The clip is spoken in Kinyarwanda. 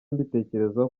mbitekerezaho